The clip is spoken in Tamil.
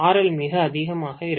எல் மிக அதிகமாக இருக்கும்